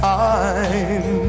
time